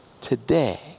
today